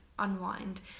unwind